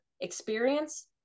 experience